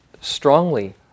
strongly